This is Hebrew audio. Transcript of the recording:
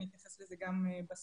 אני אתייחס לזה גם בסוף.